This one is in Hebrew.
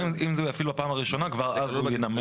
אם הוא יפעיל בפעם הראשונה, כבר אז הוא ינמק.